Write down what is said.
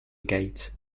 gate